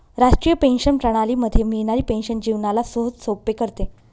राष्ट्रीय पेंशन प्रणाली मध्ये मिळणारी पेन्शन जीवनाला सहजसोपे करते